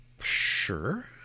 Sure